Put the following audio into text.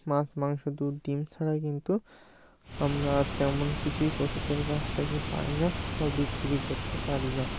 মাছ মাংস দুধ ডিম ছাড়া কিন্তু আমরা তেমন কিছুই পশুদের কাছ থেকে পাই না বা বিক্রি করতে পারি না